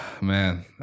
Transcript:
Man